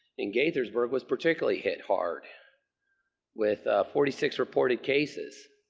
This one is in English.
and gaithersburg was particularly hit hard with forty six reported cases,